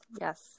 Yes